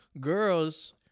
girls